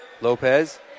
Lopez